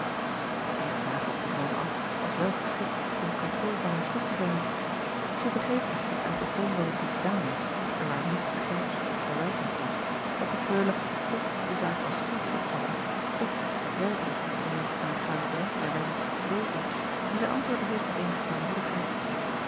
ie vraag op den man af was wel geschikt om atoo van haar stuk te brengen ij begreep echter uit den toon waarop die gedaan was en waar niets scherps of verwijtends lag dat de reule f de zaak als scherts opvatten f werkelijk iets meer aangaande renkelaer wenschte te weten en zij antwoordde dus met eenige